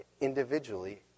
individually